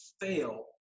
fail